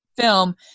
film